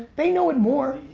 they know it more,